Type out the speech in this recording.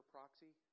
Proxy